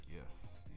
Yes